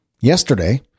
yesterday